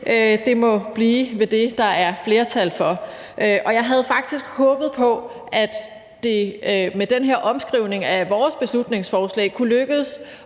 Det må blive ved det, der er flertal for. Og jeg havde faktisk håbet på, at det med den her omskrivning af vores beslutningsforslag kunne lykkes